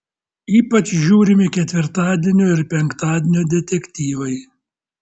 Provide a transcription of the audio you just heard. ypač žiūrimi ketvirtadienio ir penktadienio detektyvai